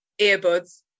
earbuds